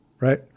Right